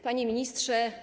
Panie Ministrze!